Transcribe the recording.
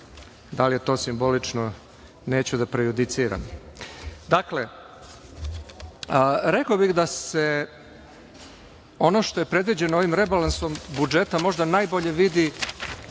Da li je to simbolično? Neću da prejudiciram. Rekao bih da se ono što je predviđeno ovim rebalansom budžeta možda najbolje vidi